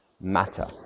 matter